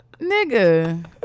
nigga